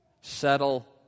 settle